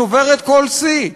שוברת כל שיא,